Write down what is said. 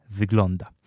wygląda